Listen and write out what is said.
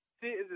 See